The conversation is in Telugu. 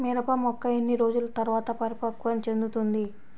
మిరప మొక్క ఎన్ని రోజుల తర్వాత పరిపక్వం చెందుతుంది?